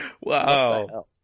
Wow